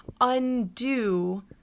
undo